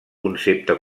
concepte